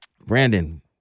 Brandon